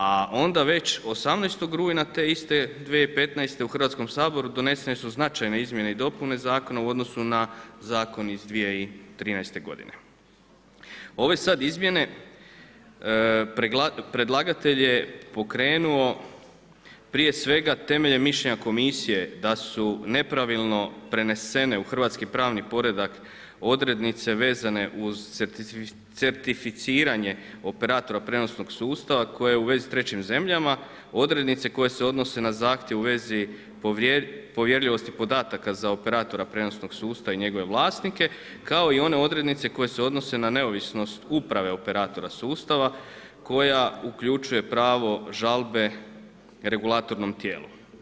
A onda već 18. rujna te iste 2015. u Hrvatskom saboru, donesene su značajne izmjene i dopune zakona u odnosu na zakon iz 2013. g. Ove sada izmjene predlagatelj je pokrenuo, prije svega, temeljem mišljenja komisije, da su nepravilno prenesene u hrvatski pravni poredak, odrednice vezane uz certificiranje operatora prijenosnog sustava, koje je u vezi s trećim zemljama, odrednice koje se odnose na zahtjev u vezi povjerljivosti podataka za operatora prijenosnog sustava i njegove vlasnike, kao i one odrednice koje se odnose na neovisnost uprave operatora sustava, koja uključuje pravo žalbe regulatornom tijelu.